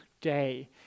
Day